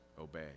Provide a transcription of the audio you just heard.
obey